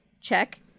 check